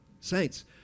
Saints